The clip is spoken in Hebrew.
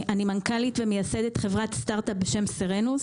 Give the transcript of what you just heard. אני מנכ"לית ומייסדת חברת סטארטאפ בשם סרנוס